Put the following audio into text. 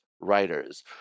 writers